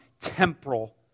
temporal